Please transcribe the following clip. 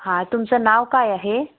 हां तुमचं नाव काय आहे